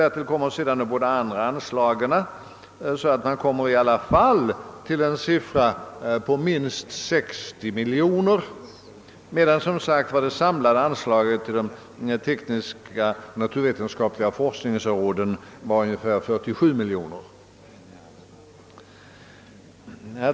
Till det skall sedan läggas de båda andra anslagen, och då kommer vi i alla fall upp till en siffra på cirka 60 miljoner kronor, medan det samlade anslaget till de teknisk-naturvetenskapliga = forskningsråden som sagt var ungefär 47 miljoner.